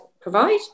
provide